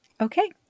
Okay